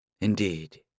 Indeed